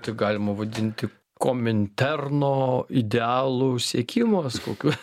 taip galima vadinti kominterno idealų siekimas kokiu